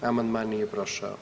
Amandman nije prošao.